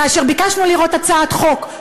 כאשר ביקשנו לראות את הצעת החוק,